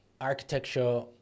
architecture